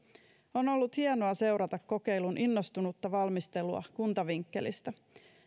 on ollut hienoa seurata kokeilun innostunutta valmistelua kuntavinkkelistä